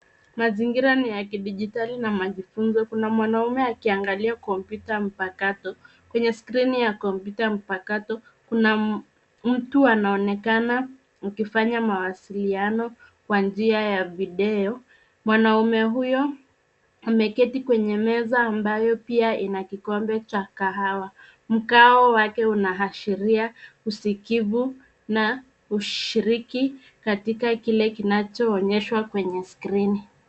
Mazingira ni ya kidijitali na majifunzo. Kuna mwanume akinangalia kompyuta mpakato. Kwenye skrini ya kompyuta mpakato kuna mtu anaonekana akifanya mawasiliano kwa njia ya video. Mwanaume huyo ameketi kwenye meza ambayo pia ina kikombe cha kahawa. Mkahawa wake unaashiria uzikifu na ushiriki katika kile kinachoyoonyeshwa kwenye skirini.